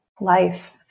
life